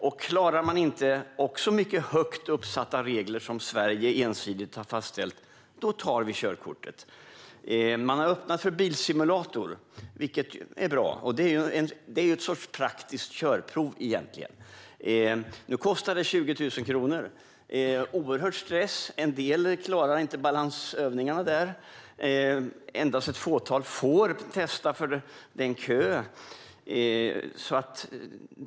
Om en person då inte klarar dessa mycket högt ställda krav och regler som Sverige ensidigt har fastställt tar vi körkortet. Man har öppnat för bilsimulator, och det är bra. Det är ju egentligen en sorts praktiskt körprov. Men det kostar 20 000 kronor, och det innebär en oerhörd stress. En del klarar inte balansövningarna. Och endast ett fåtal får testa, för det är kö.